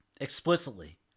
explicitly